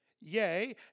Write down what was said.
Yea